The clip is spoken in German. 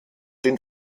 den